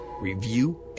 review